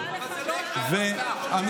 ארבל,